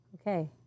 Okay